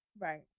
Right